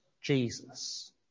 Jesus